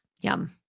yum